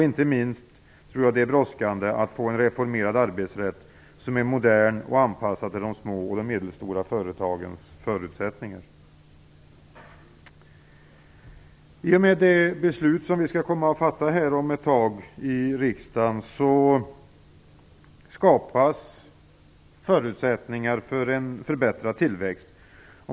Inte minst är det brådskande att få en reformerad arbetsrätt, som är modern och anpassad till de små och medelstora företagens förutsättningar I och med det beslut som vi nu skall fatta skapas förutsättningar för en förbättrad tillväxt.